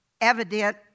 evident